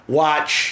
watch